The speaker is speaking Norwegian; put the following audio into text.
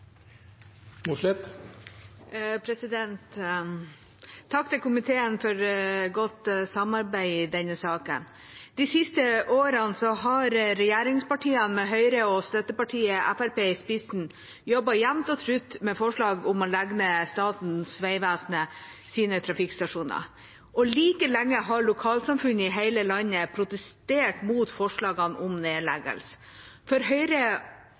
Takk til komiteen for godt samarbeid i denne saken. De siste årene har regjeringspartiene med Høyre og støttepartiet Fremskrittspartiet i spissen jobbet jevnt og trutt med forslag om å legge ned Statens vegvesens trafikkstasjoner. Like lenge har lokalsamfunn i hele landet protestert mot forslagene om nedleggelse. For Høyre